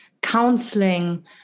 counseling